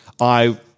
I-